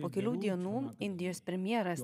po kelių dienų indijos premjeras